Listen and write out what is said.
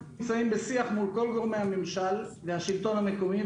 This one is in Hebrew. אנחנו נמצאים בשיח מול כל גורמי המימשל והשלטון המקומי,